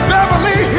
Beverly